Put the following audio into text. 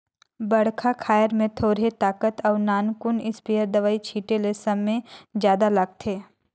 बड़खा खायर में थोरहें ताकत अउ नानकुन इस्पेयर में दवई छिटे ले समे जादा लागथे